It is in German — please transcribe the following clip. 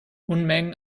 unmengen